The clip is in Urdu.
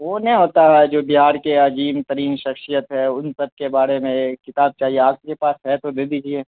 وہ نہیں ہوتا ہے جو بہار کے عظیم ترین شخشیت ہے ان سب کے بارے میں ایک کتاب چاہیے آپ کے پاس ہے تو دے دیجیے